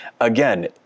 again